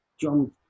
John